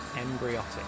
Embryotic